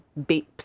beeps